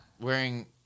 wearing